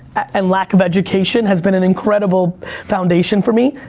and lack of education has been an incredible foundation for me,